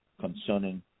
concerning